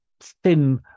thin